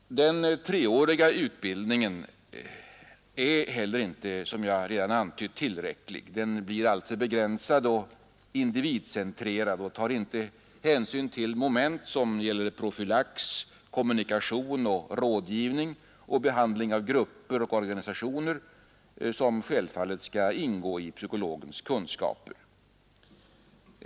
Den treåriga utbildningen är heller inte tillräcklig, vilket jag redan har antytt. Den blir begränsad och individcentrerad. Den tar inte hänsyn till moment som gäller profylax, kommunikation och rådgivning samt behandling av grupper och organisationer, något som självfallet skall ingå i psykologens kunskaper.